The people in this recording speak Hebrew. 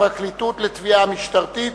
חקירה בין הפרקליטות לתביעה המשטרתית),